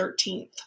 13th